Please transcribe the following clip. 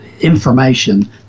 information